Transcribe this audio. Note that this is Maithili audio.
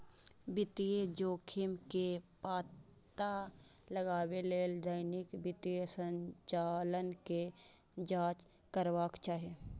वित्तीय जोखिम के पता लगबै लेल दैनिक वित्तीय संचालन के जांच करबाक चाही